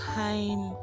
time